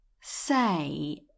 say